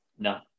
No